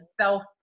self